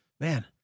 man